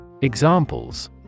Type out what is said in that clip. Examples